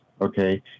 Okay